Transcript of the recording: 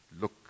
look